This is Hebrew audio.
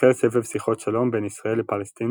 החל סבב שיחות שלום בין ישראל לפלסטינים,